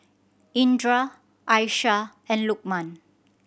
Indra Aisyah and Lokman